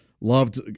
loved